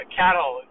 cattle